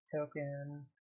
token